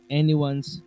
anyone's